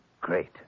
great